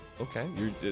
Okay